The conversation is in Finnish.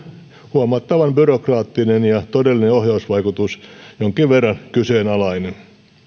huomattavan byrokraattinen ja todellinen ohjausvaikutus jonkin verran kyseenalainen